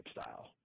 style